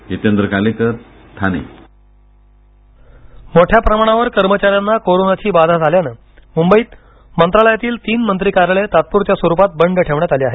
मंत्री कार्यालयं बंद मोठ्या प्रमाणावर कर्मचाऱ्यांना कोरोनाची बाधा झाल्यानं मुंबईत मंत्रालयातील तीन मंत्री कार्यालय तात्पुरत्या स्वरूपात बंद ठेवण्यात आली आहे